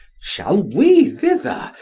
shall we thither,